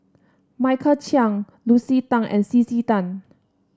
Michael Chiang Lucy Tan and C C Tan